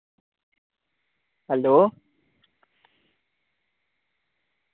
hello